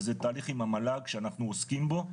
וזה תהליך עם המל"ג שאנחנו עוסקים בו,